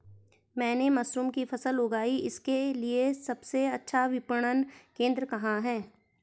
मैंने मशरूम की फसल उगाई इसके लिये सबसे अच्छा विपणन केंद्र कहाँ है?